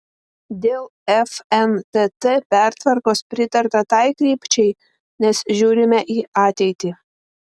dėl fntt pertvarkos pritarta tai krypčiai nes žiūrime į ateitį